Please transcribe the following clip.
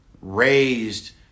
Raised